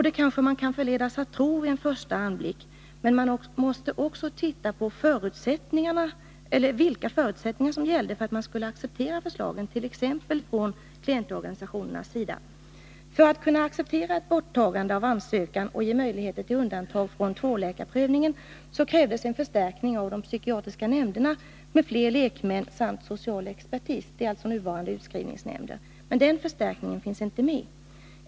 Det kanske vi kan förledas att tro vid en första anblick. Men vi måste också se på vilka förutsättningar som gällde för att förslagen skulle accepteras av t.ex. klientorganisationerna. För att man skulle kunna acceptera ett borttagande av ansökan och ge möjligheter till undantag från tvåläkarprövningen krävdes en förstärkning av de psykiatriska nämnderna med fler lekmän samt social expertis — alltså nuvarande utskrivningsnämnder. Men den förstärkningen finns inte med nu.